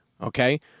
okay